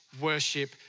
Worship